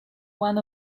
one